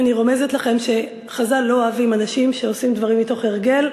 אני רומזת לכם שחז"ל לא אוהבים אנשים שעושים דברים מתוך הרגל.